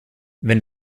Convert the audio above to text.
wenn